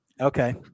okay